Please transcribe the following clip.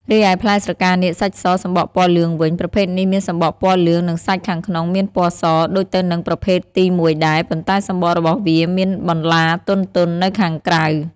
រីឯផ្លែស្រកានាគសាច់សសំបកពណ៌លឿងវិញ ប្រភេទនេះមានសម្បកពណ៌លឿង និងសាច់ខាងក្នុងមានពណ៌សដូចទៅនឹងប្រភេទទីមួយដែរ ប៉ុន្តែសំបករបស់វាមានបន្លាទន់ៗនៅខាងក្រៅ។